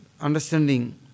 understanding